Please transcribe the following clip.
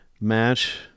match